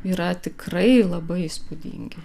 yra tikrai labai įspūdingi